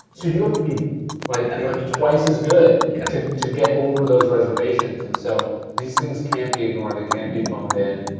you have to be like twice as good yeah to to get over those reservations. and so these things can't be ignored, they can't be phoned in.